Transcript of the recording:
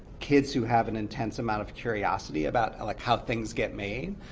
kids who have an intense amount of curiosity about like how things get made,